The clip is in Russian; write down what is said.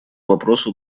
вопросу